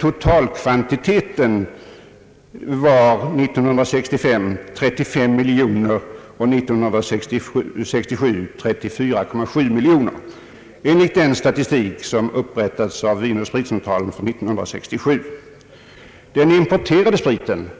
Totalkvantiteten var emellertid 35 miljoner liter år 1965 och 34,7 miljoner liter år 1967 enligt den statistik som upprättats av Vinoch spritcentralen för år 1967. Den importerade spriten,